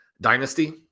Dynasty